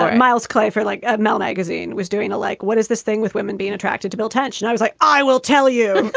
ah and miles claver like a metal magazine was during a like what is this thing with women being attracted to build tension? i was like, i will tell you.